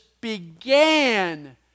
began